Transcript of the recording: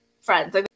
friends